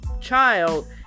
child